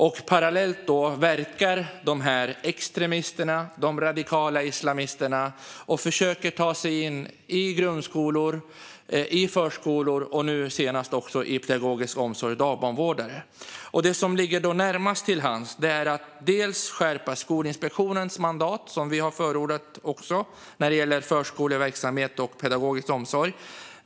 Parallellt verkar extremisterna, de radikala islamisterna, och försöker ta sig in i grundskolor, i förskolor och nu senast också i pedagogisk omsorg och hos dagbarnvårdare. Det som då ligger närmast till hands är att skärpa Skolinspektionens mandat, som vi har förordat, när det gäller förskoleverksamhet och pedagogisk omsorg.